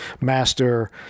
master